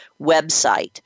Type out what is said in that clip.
website